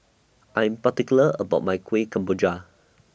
I Am particular about My Kueh Kemboja